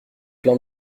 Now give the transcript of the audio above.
plein